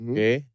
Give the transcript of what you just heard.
Okay